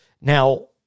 Now